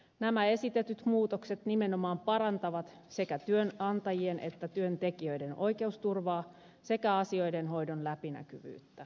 nämä esitetyt muutokset nimenomaan parantavat sekä työnantajien että työntekijöiden oikeusturvaa sekä asioiden hoidon läpinäkyvyyttä